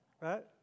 right